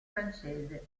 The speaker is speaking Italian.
francese